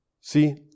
See